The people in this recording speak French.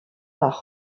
par